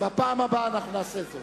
בפעם הבאה.